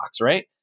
right